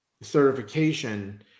certification